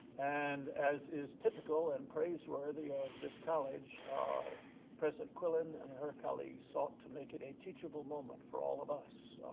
and as is typical and praiseworthy of this college, president quillen and her colleagues thought to make it a teachable moment for all of us.